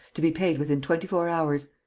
to be paid within twenty-four hours.